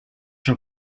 your